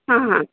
हां हां